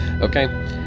okay